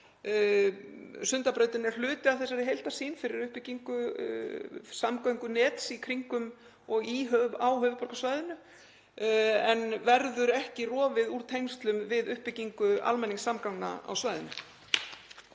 Sundabrautin er hluti af þessari heildarsýn fyrir uppbyggingu samgöngunets í kringum og á höfuðborgarsvæðinu en verður ekki rofið úr tengslum við uppbyggingu almenningssamgangna á svæðinu.